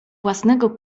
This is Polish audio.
własnego